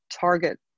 target